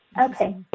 Okay